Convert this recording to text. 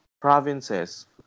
provinces